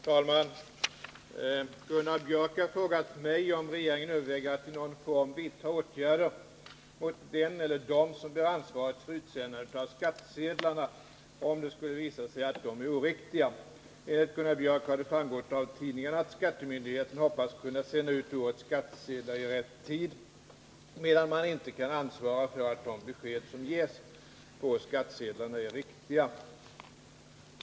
Herr talman! Gunnar Biörck i Värmdö har frågat mig om regeringen överväger att i någon form vidta åtgärder mot den eller dem som bär ansvaret för utsändandet av skattsedlarna, om det skulle visa sig att dessa är oriktiga. Enligt Gunnar Biörck har det framgått av tidningarna att skattemyndigheterna hoppas kunna sända ut årets skattsedlar i rätt tid, medan man icke kan ansvara för att de besked som ges på skattsedlarna är riktiga.